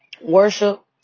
worship